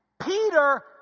Peter